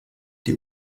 die